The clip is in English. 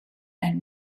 and